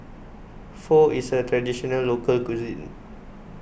Pho is a Traditional Local Cuisine